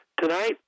Tonight